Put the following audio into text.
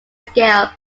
scale